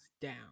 down